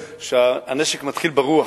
שהנשק מתחיל ברוח.